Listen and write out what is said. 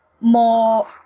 more